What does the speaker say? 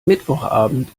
mittwochabend